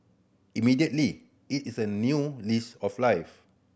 immediately it is a new lease of life